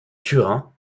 turin